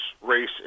race